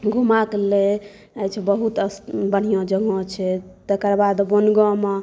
घूमयके लेल अछि बहुत बढ़िआँ स्थान जगह छै तकर बाद वनगाँवमे